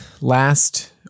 last